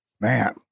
man